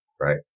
right